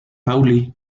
pauli